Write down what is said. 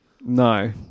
No